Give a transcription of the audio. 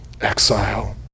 exile